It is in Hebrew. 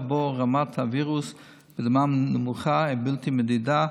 שבו רמת הווירוס בדמם נמוכה ובלתי מדידה,